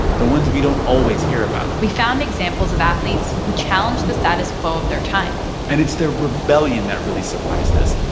the ones we don't always hear about we found examples of athletes who challenged the status quo of their time and it's their rebellion that really surprised us,